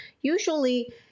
usually